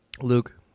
Luke